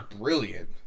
brilliant